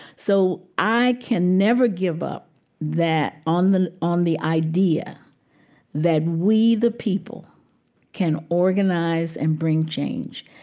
so i can never give up that, on the on the idea that we the people can organize and bring change.